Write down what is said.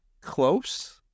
close